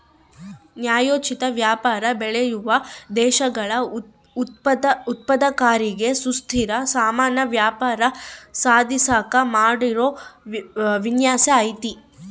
ನ್ಯಾಯೋಚಿತ ವ್ಯಾಪಾರ ಬೆಳೆಯುವ ದೇಶಗಳ ಉತ್ಪಾದಕರಿಗೆ ಸುಸ್ಥಿರ ಸಮಾನ ವ್ಯಾಪಾರ ಸಾಧಿಸಾಕ ಮಾಡಿರೋ ವಿನ್ಯಾಸ ಐತೆ